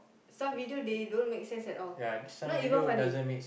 some video they don't make sense at all not even funny